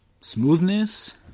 Smoothness